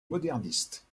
moderniste